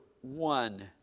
one